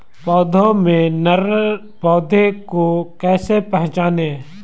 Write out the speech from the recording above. पौधों में नर पौधे को कैसे पहचानें?